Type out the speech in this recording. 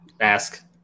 ask